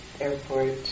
airport